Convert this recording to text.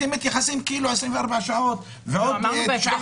אתם מתייחסים כאילו 24 שעות - מה זה?